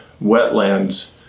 wetlands